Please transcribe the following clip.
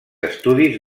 estudis